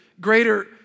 greater